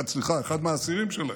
אחד מהאסירים שלהם,